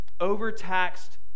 overtaxed